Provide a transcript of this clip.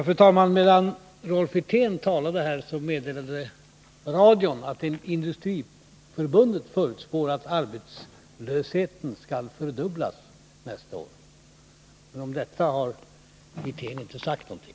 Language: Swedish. Fru talman! Medan Rolf Wirtén talade meddelade radion att industriförbundet förutspår att arbetslösheten nästa år kommer att fördubblas. Men om detta har Rolf Wirtén inte sagt någonting.